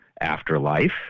afterlife